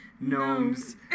gnomes